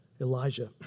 Elijah